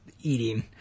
Eating